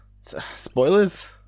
spoilers